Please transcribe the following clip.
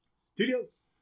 Studios